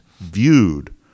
viewed